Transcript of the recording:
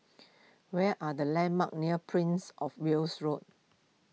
what are the landmarks near Prince of Wales Road